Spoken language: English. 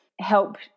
help